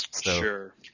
Sure